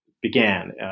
began